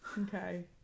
Okay